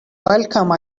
welcome